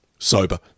Sober